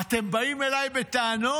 אתם באים אליי בטענות,